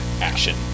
action